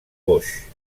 boix